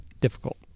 difficult